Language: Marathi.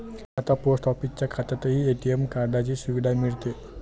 आता पोस्ट ऑफिसच्या खात्यातही ए.टी.एम कार्डाची सुविधा मिळते